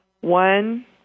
One